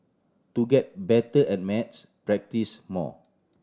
to get better at maths practise more